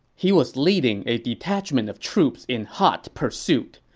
he was leading a detachment of troops in hot pursuit.